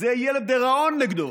זה יהיה לדיראון נגדו.